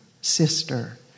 sister